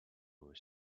were